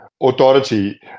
authority